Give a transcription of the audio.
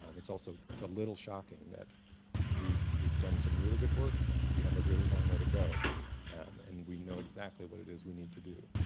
um it's also, it's a little shocking that we've we've done some really good work, we have a really long way to go and we know exactly what it is we need to do.